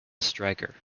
striker